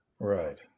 Right